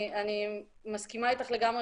אני מסכימה איתך לגמרי,